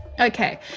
okay